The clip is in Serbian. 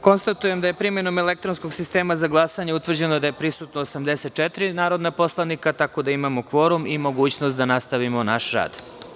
Konstatujem da je, primenom elektronskog sistema za glasanje, utvrđeno da su prisutna 84 narodna poslanika, tako da imamo kvorum i mogućnost da nastavimo naš rad.